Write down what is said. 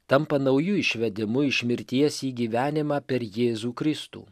tampa nauju išvedimu iš mirties į gyvenimą per jėzų kristų